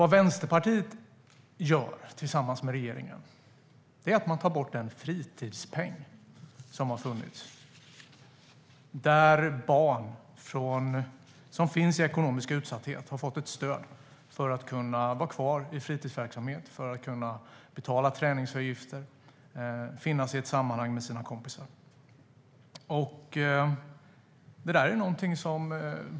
Vad Vänsterpartiet gör tillsammans med regeringen är att ta bort den fritidspeng som har funnits och som har gjort att barn i ekonomisk utsatthet har fått ett stöd för att kunna vara kvar i fritidsverksamhet, betala träningsavgifter och finnas i ett sammanhang med sina kompisar.